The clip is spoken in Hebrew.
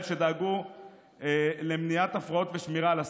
שדאגו למניעת הפרעות ושמירה על הסדר.